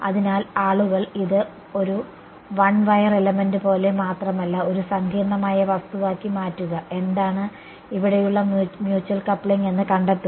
അതിനാൽ ആളുകൾ ഇത് ഒരു വൺ വയർ എലമെന്റ് പോലെ മാത്രമല്ല ഒരു സങ്കീർണ്ണമായ വസ്തുവാക്കി മാറ്റുക എന്താണ് അവിടെയുള്ള മ്യൂച്വൽ കപ്ലിംഗ് എന്ന് കണ്ടെത്തുക